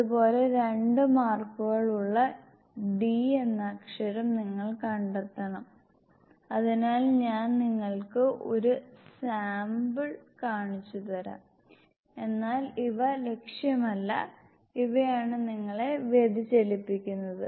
ഇതുപോലെ രണ്ട് മാർക്കുകൾ ഉള്ള d എന്ന അക്ഷരം നിങ്ങൾ കണ്ടെത്തണം അതിനാൽ ഞാൻ നിങ്ങൾക്ക് ഒരു സാമ്പിൾ കാണിച്ചുതരാം എന്നാൽ ഇവ ലക്ഷ്യമല്ല ഇവയാണ് നിങ്ങളെ വ്യതിചലിപ്പിക്കുന്നത്